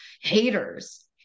haters